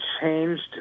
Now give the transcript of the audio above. changed